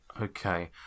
Okay